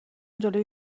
جلوی